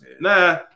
Nah